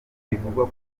bivugwa